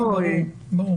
זה לא --- ברור.